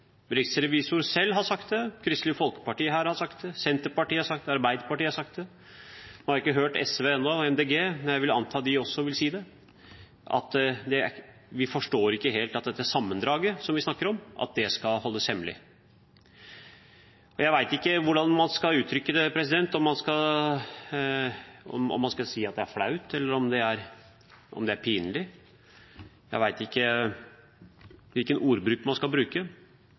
Riksrevisoren selv har sagt det, Kristelig Folkeparti har sagt det, Senterpartiet har sagt det, Arbeiderpartiet har sagt det – nå har jeg ikke hørt SV og MDG ennå, men jeg vil anta at de også vil si det – at vi ikke helt forstår at dette sammendraget som vi snakker om, skal holdes hemmelig. Jeg vet ikke hvordan man skal uttrykke det, om man skal si at det er flaut, eller om det er pinlig. Jeg vet ikke hvilken ordbruk man skal ha om det